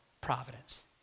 providence